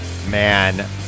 Man